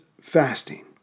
fasting